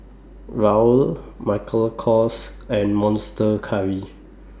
Raoul Michael Kors and Monster Curry